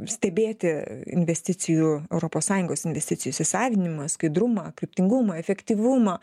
stebėti investicijų europos sąjungos investicijų įsisavinimą skaidrumą kryptingumą efektyvumą